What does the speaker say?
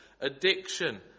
Addiction